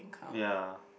ya